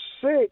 six